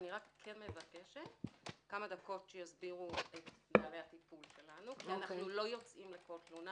אני רק מבקשת כמה דקות שיסבירו - כי אנחנו לא יוצרים לכל תלונה.